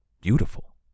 beautiful